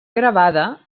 gravada